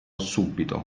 subito